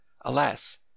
alas